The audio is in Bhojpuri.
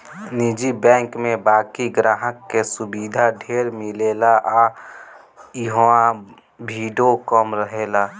निजी बैंक में बाकि ग्राहक के सुविधा ढेर मिलेला आ इहवा भीड़ो कम रहेला